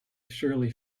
surly